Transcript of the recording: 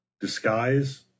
disguise